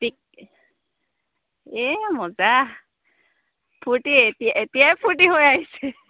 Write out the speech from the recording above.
পিক এই মজা ফূৰ্তি এতি এতিয়াই ফূৰ্তি হৈ আহিছে